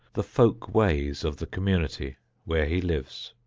the folk-ways of the community where he lives.